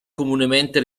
comunemente